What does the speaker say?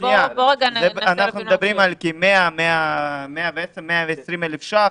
אנחנו מדברים על כ-120,000 שקלים,